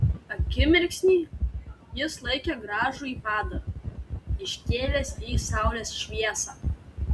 akimirksnį jis laikė gražųjį padarą iškėlęs į saulės šviesą